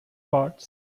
parts